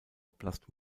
oblast